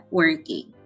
working